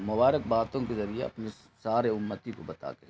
مبارک باتوں کے ذریعہ اپنی سارے امتی کو بتا کے گئے